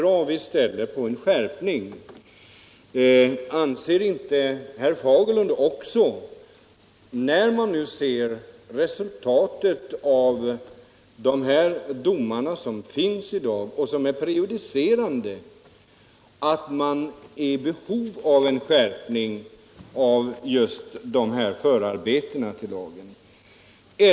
Anser inte också herr Fagerlund, när man nu ser resultatet av de domar som föreligger och som är prejudicerande, att det finns behov av en skärpning i förhållande till förarbetena till lagen?